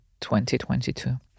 2022